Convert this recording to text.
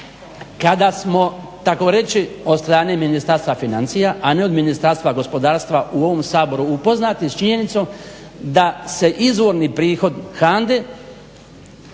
Kada smo tako reći od strane Ministarstva financija, a ne od Ministarstva gospodarstva u ovom Saboru upoznati s činjenicom da se izvorni prihod HANDA-e,